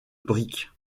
briques